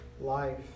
life